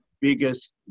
biggest